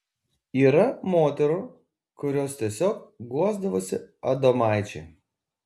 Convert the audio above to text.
yra moterų kurios tiesiog guosdavosi adomaičiui